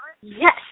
yes